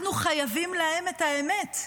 אנחנו חייבים להם את האמת.